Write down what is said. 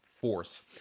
force